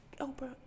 Oprah